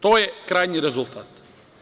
To je krajnji rezultat.